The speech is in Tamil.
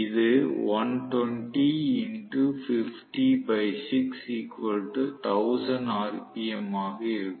இது ஆக இருக்கும்